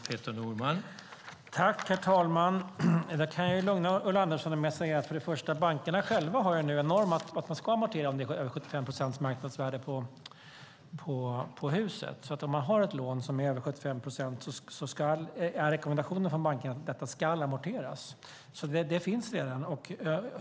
Herr talman! Jag kan lugna Ulla Andersson med att säga att bankerna själva nu har en norm att man ska amortera om det är över 75 procent av marknadsvärdet på huset. Om man har ett lån som är över 75 procent är rekommendationen från bankerna att det ska amorteras. Det finns alltså redan.